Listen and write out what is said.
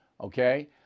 okay